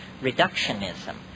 reductionism